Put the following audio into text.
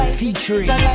featuring